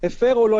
אכיפה מאוד מאוד